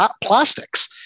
plastics